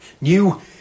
new